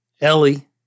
Ellie